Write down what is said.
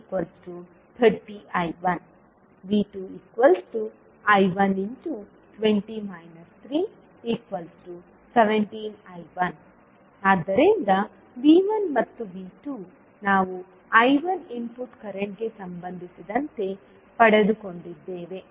ಈ ಚಿತ್ರ ದಿಂದ V1I11020 30I1 V2I1 17I1 ಆದ್ದರಿಂದ V1 ಮತ್ತು V2 ನಾವು I1ಇನ್ಪುಟ್ ಕರೆಂಟ್ಗೆ ಸಂಬಂಧಿಸಿದಂತೆ ಪಡೆದುಕೊಂಡಿದ್ದೇವೆ